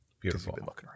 Beautiful